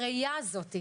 הראייה הזאת,